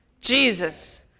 Jesus